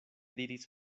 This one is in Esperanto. diris